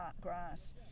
grass